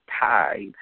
tide